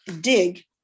dig